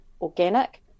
organic